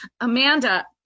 Amanda